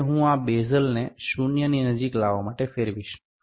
હવે હું આ બેઝલને શૂન્યની નજીક લાવવા માટે ફેરવીશ